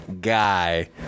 guy